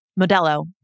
Modelo